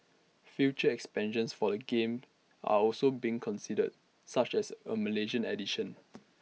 future expansions for the game are also being considered such as A Malaysian edition